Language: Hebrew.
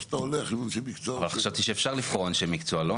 או שאתה הולך עם אנשי מקצוע או --- אבל חשבתי שאפשר לבחור אנשי מקצוע,